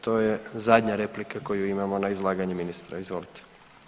To je zadnja replika koju imamo na izlaganje ministra, izvolite.